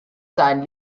seinen